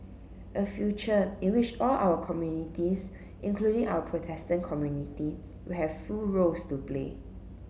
a future in which all our communities including our Protestant community will have full roles to play